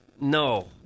No